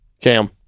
Cam